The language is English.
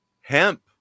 Hemp